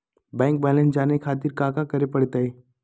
Bank balance जाने खातिर काका करे पड़तई?